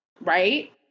right